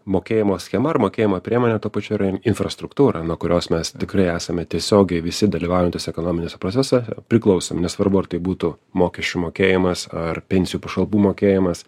mokėjimo schema ar mokėjimo priemonė tuo pačiu yra infrastruktūra nuo kurios mes tikrai esame tiesiogiai visi dalyvaujantys ekonominiuose procesuose priklausomi nesvarbu ar tai būtų mokesčių mokėjimas ar pensijų pašalpų mokėjimas